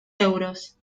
euros